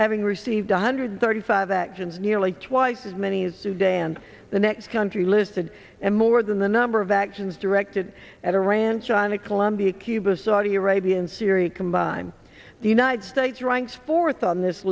having received one hundred thirty five actions nearly twice as many as sudan the next country listed and more than the number of actions directed at iran china colombia cuba saudi arabia and syria combine the united states ranks fourth on this